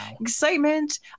excitement